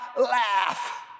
laugh